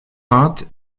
peintes